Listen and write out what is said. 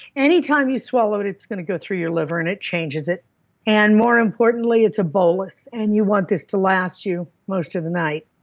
anytime you swallow it, it's going to go through your liver and it changes it and more importantly, it's a bolus and you want this to last you most of the night,